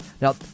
Now